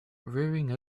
rearing